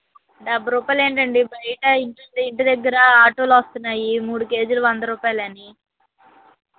డెబ్భై రుపాయలు ఏంటండి బయట ఇంటిదగ్గర ఆటోలో వస్తున్నాయి మూడుకేజీలు వందరూపాయలు అని